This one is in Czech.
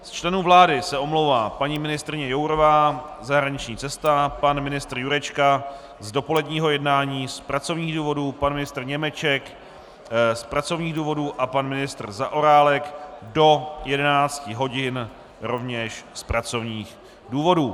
Z členů vlády se omlouvá paní ministryně Jourová zahraniční cesta, pan ministr Jurečka z dopoledního jednání z pracovních důvodů, pan ministr Němeček z pracovních důvodů a pan ministr Zaorálek do 11 hodin rovněž z pracovních důvodů.